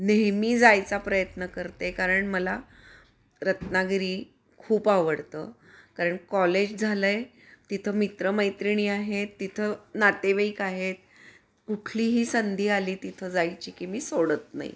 नेहमी जायचा प्रयत्न करते कारण मला रत्नागिरी खूप आवडतं कारण कॉलेज झालं आहे तिथं मित्र मैत्रिणी आहेत तिथं नातेवाईक आहेत कुठलीही संधी आली तिथं जायची की मी सोडत नाही